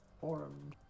forum